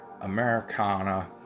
Americana